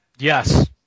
Yes